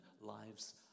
lives